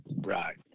Right